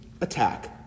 attack